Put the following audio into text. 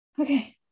okay